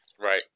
Right